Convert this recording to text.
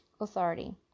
authority